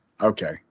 Okay